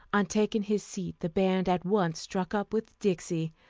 on taking his seat the band at once struck up with dixie,